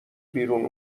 بیرون